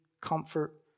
comfort